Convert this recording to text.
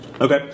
Okay